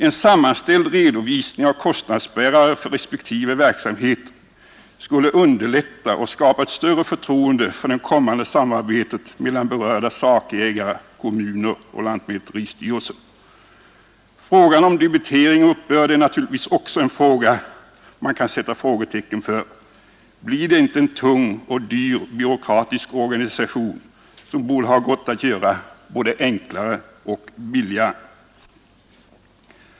En sammanställd redovisning av kostnadsbärare för respektive verksamheter skulle underlätta och skapa ett större förtroende för det kommande samarbetet mellan berörda sakägare, kommuner och lantmäteristyrelsen. Frågan om debitering och uppbörd är naturligtvis också ett avsnitt som man kan sätta frågetecken för. Blir det inte en tung och dyr byråkratisk organisation som borde ha gått att göra både enklare och billigare?